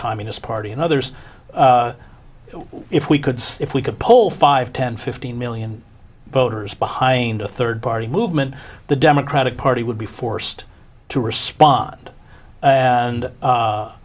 communist party and others if we could see if we could poll five ten fifteen million voters behind a third party movement the democratic party would be forced to respond and